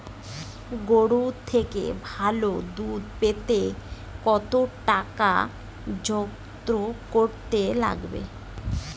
গরুর থেকে ভালো দুধ পেতে কতটা যত্ন করতে লাগে